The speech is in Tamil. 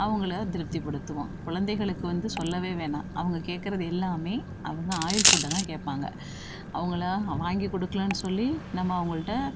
அவங்களை திருப்திப்படுத்துவோம் குழந்தைங்களுக்கு வந்து சொல்லவே வேணாம் அவங்க கேட்கறத எல்லாம் அவங்க ஆயில் ஃபுட்டை தான் கேட்பாங்க அவங்களை வாங்கிக்கொடுக்கலன்னு சொல்லி நம்ம அவங்கள்கிட்ட